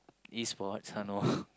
Esports uh no